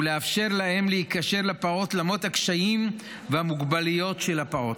שהוא לאפשר לאם להיקשר לפעוט למרות הקשים והמוגבלויות של הפעוט.